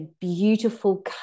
beautiful